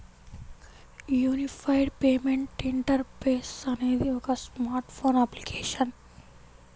unified payment interface అనేది ఒక smart phone application